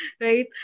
right